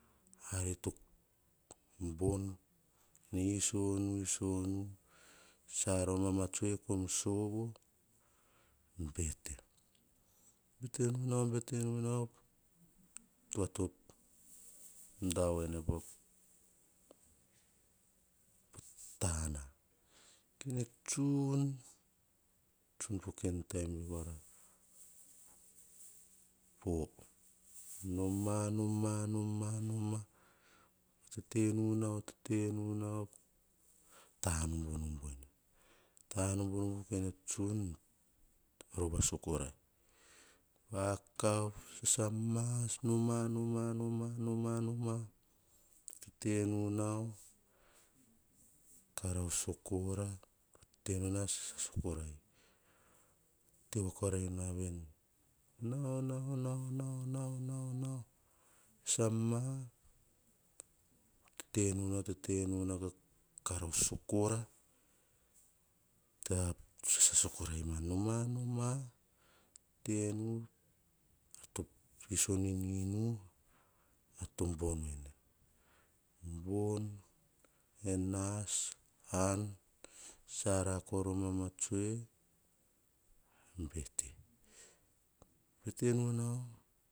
Ari to bon, ne iso nu, iso nu sara mama tsue, kom soo bete, bete nu nau, tua to dau ene. Tana, kene tsun, tsun po kain bon vi kora, four. Noma, noma tette nu nau, tanumbu numbu en. Tanumbu kene tsun, rovva so ko rai. Vakav, noma, noma, tete nu nau, karaus sa kora tena, nas sa korai, tewa korai na veni, nau, nau, nau, sasama, tete nu nau, tete nu nau, karaus kora, sasai kora ma, noma noma te nu, to iso nu en mu, ar to bon wne, bon nas an sara kora mama tsue bete, bete nu nau